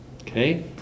Okay